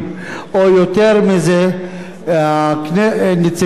נציגי הכנסת יהיו אך ורק חברי כנסת.